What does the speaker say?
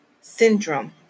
syndrome